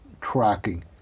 tracking